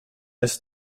ist